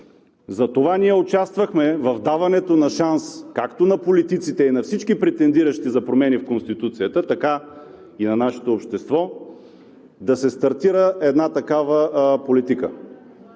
Затова ние участвахме в даването на шанс както на политиците и на всички претендиращи за промени в Конституцията, така и на нашето общество да се стартира една такава политика,